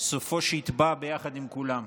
סופו שיטבע ביחד עם כולם.